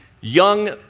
young